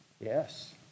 Yes